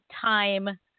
time